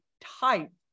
type